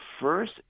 first